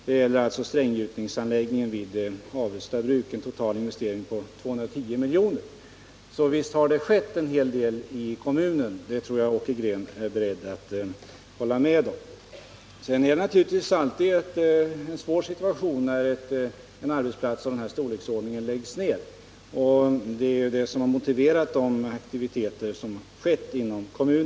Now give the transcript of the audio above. Den satsningen gäller stränggjutningsanläggningen vid Avestaverket — en total investering på 210 milj.kr. Så visst har det skett en hel del i kommunen, det tror jag att Åke Green är beredd att hålla med om. Men det uppstår naturligtvis alltid en svår situtation när en arbetsplats av den här storleksordningen läggs ned, och det är det som motiverat de aktiviteter som satts i gång inom kommunen.